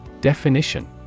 Definition